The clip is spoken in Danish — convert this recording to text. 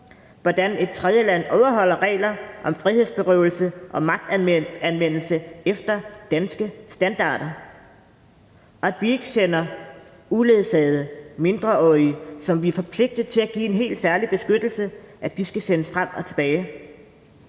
hvordan et tredjeland overholder regler om frihedsberøvelse, om magtanvendelse efter danske standarder, og at det ikke sender uledsagede mindreårige, som vi er forpligtet til at give en helt særlig beskyttelse, frem og tilbage.